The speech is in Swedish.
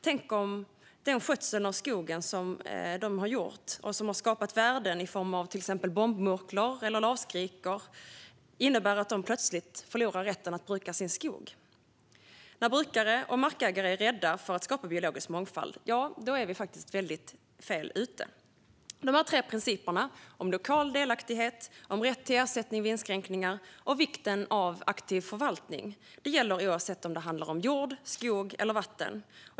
Tänk om deras skötsel av skogen, som har skapat värden i form av till exempel bombmurklor eller lavskrikor, innebär att de plötsligt förlorar rätten att bruka sin skog! När brukare och markägare är rädda för att skapa biologisk mångfald är vi väldigt fel ute. Dessa tre principer - lokal delaktighet, rätt till ersättning vid inskränkningar samt vikten av en aktiv förvaltning - gäller oavsett om det handlar om jord, skog eller vatten.